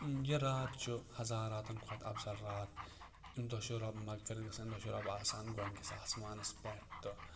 یہِ رات چھُ ہزار راتن کھۄتہٕ اَفضل رات اَمہِ دۄہ چھُ رۄب مَغفرت گژھان اَمہِ دۄہ چھُ رۄب آسان گۄنکِس آسمانَس پٮ۪ٹھ تہٕ